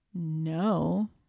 No